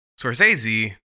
Scorsese